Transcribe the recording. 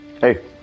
Hey